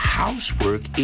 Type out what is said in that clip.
housework